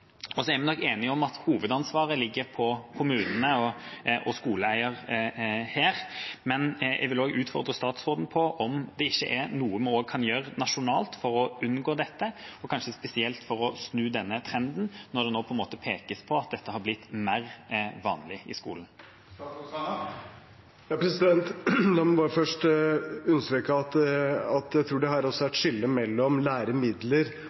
er nok enige om at hovedansvaret ligger på kommunene og skoleeier her. Men jeg vil også utfordre statsråden på om det ikke er noe vi kan gjøre også nasjonalt for å unngå dette, og kanskje spesielt for å snu denne trenden, når det nå pekes på at dette har blitt mer vanlig i skolen. La meg først understreke at jeg tror det her er et skille mellom læremidler og undervisningsopplegg, som også representanten skiller mellom. Det jeg har forstått ut fra disse artiklene, er